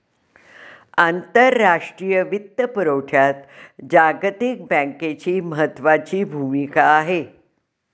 आंतरराष्ट्रीय वित्तपुरवठ्यात जागतिक बँकेची महत्त्वाची भूमिका आहे